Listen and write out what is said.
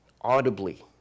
audibly